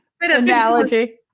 Analogy